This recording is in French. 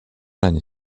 l’année